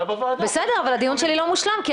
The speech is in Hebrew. בוקר טוב לכולם, התאריך שלנו היום, א'